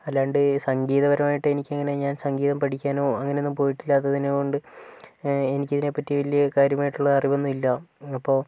അല്ലാണ്ട് സംഗീതപരമായിട്ട് എനിക്കങ്ങനെ ഞാൻ സംഗീതം പഠിക്കാനോ അങ്ങനെയൊന്നും പോയിട്ടില്ലാത്തതിനെക്കൊണ്ട് എനിക്കിതിനെപ്പറ്റി വലിയ കാര്യമായിട്ടുള്ള അറിവൊന്നുവില്ല അപ്പോൾ